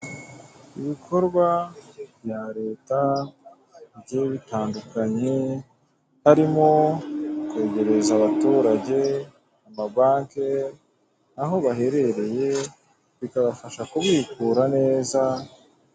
ibikorwa bya leta bigiye bitandukanye harimo kwegereza abaturage amabanki aho baherereye bikabafasha kubikura neza.